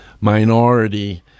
minority